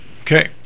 Okay